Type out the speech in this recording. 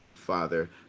father